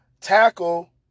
tackle